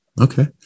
Okay